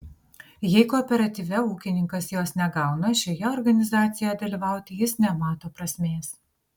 jei kooperatyve ūkininkas jos negauna šioje organizacijoje dalyvauti jis nemato prasmės